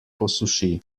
posuši